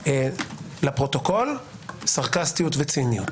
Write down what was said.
לפרוטוקול, סרקסטיות וציניות